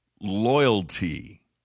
loyalty